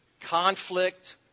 conflict